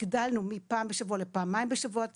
הגדלנו את הוועדות מפעם בשבוע לפעמיים בשבוע,